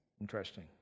Interesting